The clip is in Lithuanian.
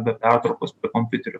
be pertraukos kompiuteriu